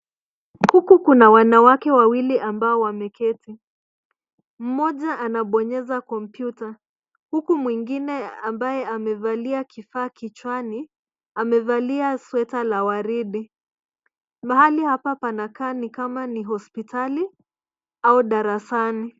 Huku kuna wanawake wawili ambao wameketi. Mmoja anabonyeza kompyuta huku mwingine ambaye amevalia kifaa kichwani amevalia sweta la waridi. Mahali hapa panakaa ni kama ni hospitalini au darasani.